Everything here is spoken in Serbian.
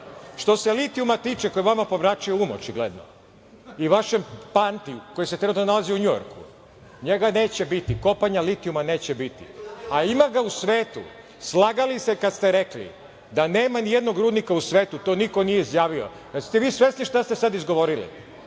vas. Što se litijuma tiče koji je vama pomračio um očigledno i vašem Panti, koji se trenutno nalazi u Njujorku. Njega neće biti. Kopanja litijuma neće biti. Ima ga u svetu. Slagali ste kada ste rekli da nema ni jednog rudnika u svetu. To niko nije izjavio. Da li ste vi svesni šta ste sada izgovorili?